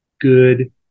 good